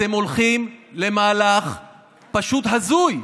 אתם הולכים למהלך פשוט הזוי.